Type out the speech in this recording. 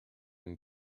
and